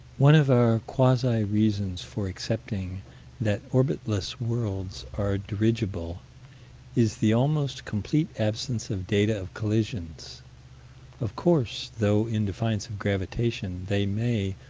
one of our quasi-reasons for accepting that orbitless worlds are dirigible is the almost complete absence of data of collisions of course, though in defiance of gravitation, they may,